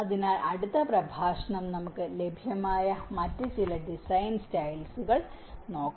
അതിനാൽ അടുത്ത പ്രഭാഷണം നമുക്ക് ലഭ്യമായ മറ്റ് ചില ഡിസൈൻ സ്റ്റൈൽസുകൾ നോക്കാം